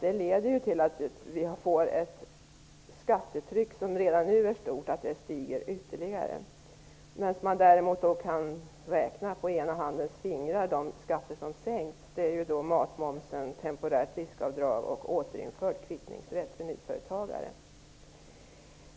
Det leder till att det skattetryck som redan nu är högt stiger ytterligare. Däremot kan man på ena handens fingrar räkna de skatter som har sänkts. Det gäller matmomsen, temporärt riskavdrag och återinförd kvittningsrätt för nyföretagare.